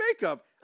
makeup